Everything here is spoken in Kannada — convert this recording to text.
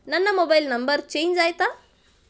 ನನ್ನ ಮೊಬೈಲ್ ನಂಬರ್ ಚೇಂಜ್ ಆಯ್ತಾ?